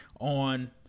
on